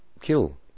Kill